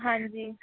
ਹਾਂਜੀ